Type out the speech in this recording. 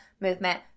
movement